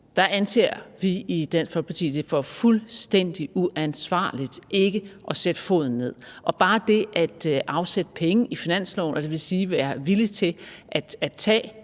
anser vi i Dansk Folkeparti det for fuldstændig uansvarligt ikke at sætte foden ned, og bare det at afsætte penge i finansloven, dvs. at være villig til at tage